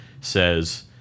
says